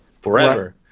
Forever